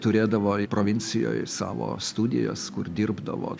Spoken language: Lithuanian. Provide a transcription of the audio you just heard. turėdavo provincijoj savo studijas kur dirbdavo